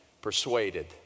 persuaded